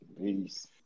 Peace